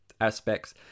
aspects